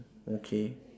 okay